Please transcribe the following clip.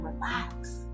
relax